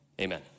amen